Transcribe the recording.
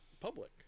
public